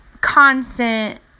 constant